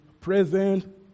Present